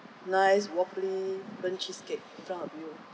nice wobbly burnt cheesecake in front of you